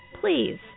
Please